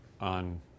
on